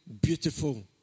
beautiful